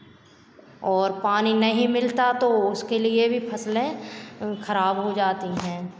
और पानी नहीं मिलता तो उसके लिए भी फसलें खराब हो जाती हैं